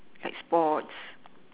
like sports